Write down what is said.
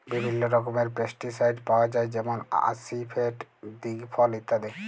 বিভিল্ল্য রকমের পেস্টিসাইড পাউয়া যায় যেমল আসিফেট, দিগফল ইত্যাদি